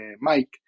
Mike